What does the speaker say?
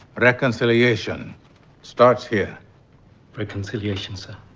reconciliation starts here reconciliation, sir?